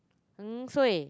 heng suay